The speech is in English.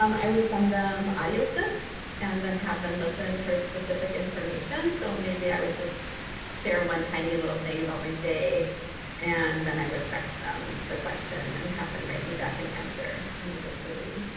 um i would send them audio clips and then have them listen for specific information. so maybe i would just share one tiny little thing about my day and then i would text them the question and have them write me back an answer individually.